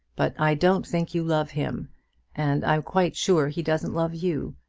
but i don't think you love him and i'm quite sure he doesn't love you.